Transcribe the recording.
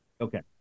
Okay